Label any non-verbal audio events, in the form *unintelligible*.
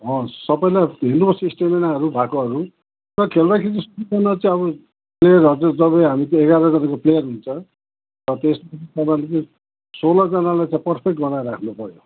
अँ सबैलाई हेर्नुपर्छ स्टामिनाहरू भएकोहरू अब खेल्दाखेरि *unintelligible* चाहिँ अब प्लेयरहरू चाहिँ जब हामी एघारजनाको प्लेयर हुन्छ अब त्यसमा तपाईँले चाहिँ सोह्रजनालाई चाहिँ पर्फेक्ट बनाइराख्नु पऱ्यो